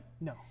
No